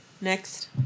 Next